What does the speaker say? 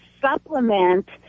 supplement